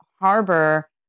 harbor